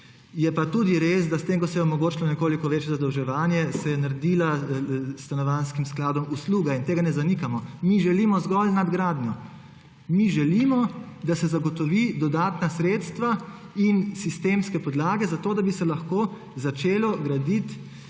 Je pa tudi res, da s tem, ko se je omogočilo nekoliko večje zadolževanje, se je naredila stanovanjskim skladom usluga. In tega ne zanikamo. Mi želimo zgolj nadgradnjo. Mi želimo, da se zagotovijo dodatna sredstva in sistemske podlage, da bi se lahko začelo graditi,